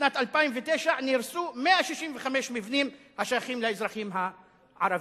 בשנת 2009 נהרסו 165 מבנים השייכים לאזרחים ערבים.